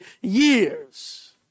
years